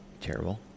terrible